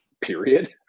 period